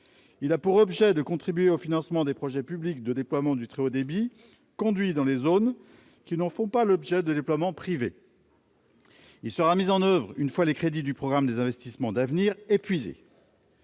Il a pour objet de contribuer au financement de projets publics de déploiement du très haut débit conduits dans les zones qui ne font pas l'objet de déploiements privés. Il sera mis en oeuvre, une fois les crédits du programme des investissements d'avenir épuisés.